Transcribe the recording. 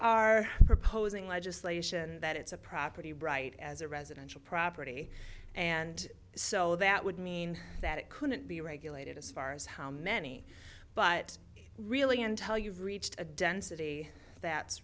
are proposing legislation that it's a property right as a residential property and so that would mean that it couldn't be regulated as far as how many but really until you've reached a density that